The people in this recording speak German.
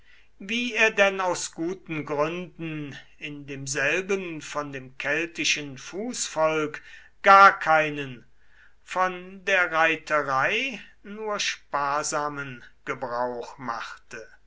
wie er denn aus guten gründen in demselben von dem keltischen fußvolk gar keinen von der reiterei nur sparsamen gebrauch machte